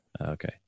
Okay